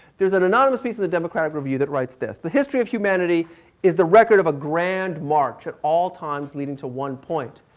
there's an anonymous piece of the democratic review that writes this. the history of humanity is the record of a grand march, at all times leading to one point.